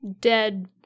dead